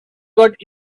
got